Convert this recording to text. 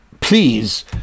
please